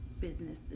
businesses